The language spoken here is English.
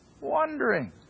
Wondering